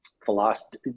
philosophy